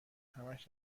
همش